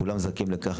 כולם זכאים לכך,